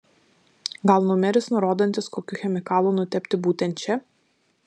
gal numeris nurodantis kokiu chemikalu nutepti būtent čia